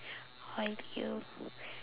Halia